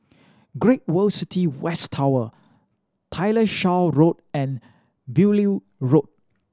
Great World City West Tower Tyersall Road and Beaulieu Road